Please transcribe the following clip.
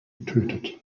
getötet